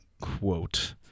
quote